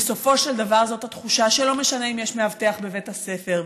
בסופו של דבר זאת התחושה שלא משנה אם יש מאבטח בבית הספר,